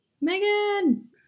Megan